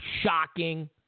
shocking